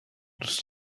دوست